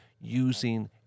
using